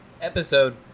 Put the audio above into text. episode